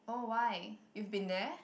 oh why you've been there